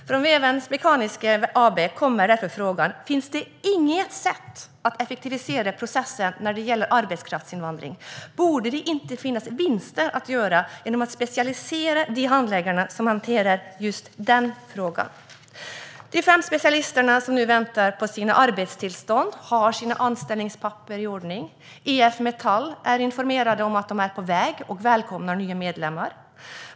Från Vevens Mekaniska AB kommer därför frågorna: Finns det inget sätt att effektivisera processen när det gäller arbetskraftsinvandring? Borde det inte finnas vinster att göra genom att specialisera de handläggare som hanterar just denna fråga? De fem specialister som just nu väntar på sina arbetstillstånd har sina anställningspapper i ordning. IF Metall är informerat om att de är på väg och välkomnar nya medlemmar.